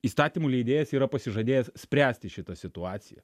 įstatymų leidėjas yra pasižadėjęs spręsti šitą situaciją